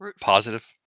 Positive